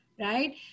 right